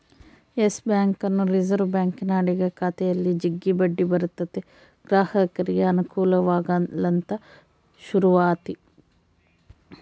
Yes ಬ್ಯಾಂಕನ್ನು reserve ಬ್ಯಾಂಕಿನ ಅಡಿಗ ಖಾತೆಯಲ್ಲಿ ಜಗ್ಗಿ ಬಡ್ಡಿ ಬರುತತೆ ಗ್ರಾಹಕರಿಗೆ ಅನುಕೂಲವಾಗಲಂತ ಶುರುವಾತಿ